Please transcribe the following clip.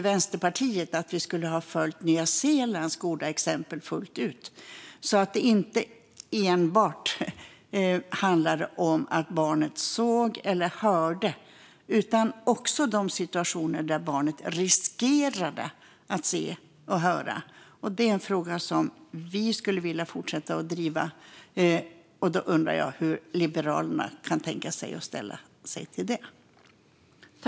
Vänsterpartiet ville att vi skulle ha följt Nya Zeelands goda exempel fullt ut så att det inte enbart handlar om att barnet såg eller hörde våld utan också de situationer där barnet riskerade att se eller höra det. Denna fråga vill vi fortsätta driva. Hur ställer sig Liberalerna till detta?